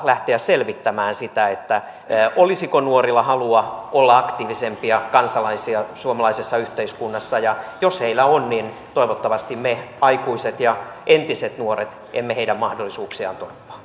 lähteä selvittämään sitä olisiko nuorilla halua olla aktiivisempia kansalaisia suomalaisessa yhteiskunnassa jos heillä on niin toivottavasti me aikuiset ja entiset nuoret emme heidän mahdollisuuksiaan torppaa